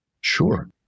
Sure